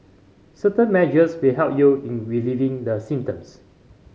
certain measures will help you in relieving the symptoms